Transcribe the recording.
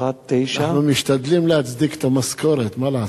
אנחנו משתדלים להצדיק את המשכורת, מה לעשות?